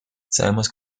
sabemos